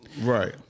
right